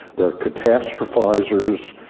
they're catastrophisers,